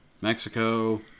Mexico